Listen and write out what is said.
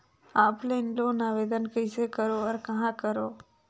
Offline loan आवेदन कइसे करो और कहाँ करो?